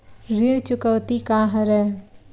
ऋण चुकौती का हरय?